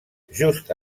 just